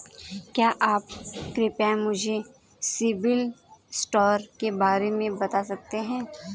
क्या आप कृपया मुझे सिबिल स्कोर के बारे में बता सकते हैं?